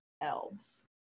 elves